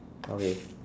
okay